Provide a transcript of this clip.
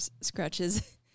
scratches